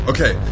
Okay